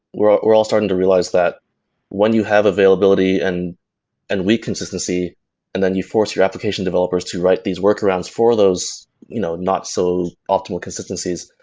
we're ah we're all starting to realize that when you have availability and and weak consistency and then you force your application developers to write these workarounds for those you know not so optimal consistencies,